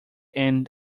end